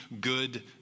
good